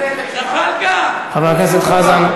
אדוני היושב-ראש, זחאלקה, חבר הכנסת חזן,